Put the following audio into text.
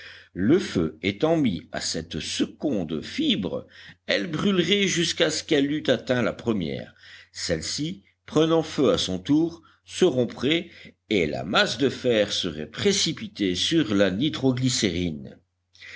le feu étant mis à cette seconde fibre elle brûlerait jusqu'à ce qu'elle eût atteint la première celle-ci prenant feu à son tour se romprait et la masse de fer serait précipitée sur la nitroglycérine